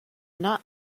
not